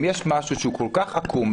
אם יש משהו שהוא כל כך עקום,